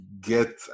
get